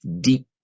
deep